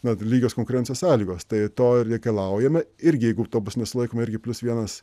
mat lygios konkurencijos sąlygos tai to ir reikalaujame irgi jeigu to bus nesilaikoma irgi plius vienas